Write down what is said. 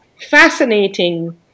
fascinating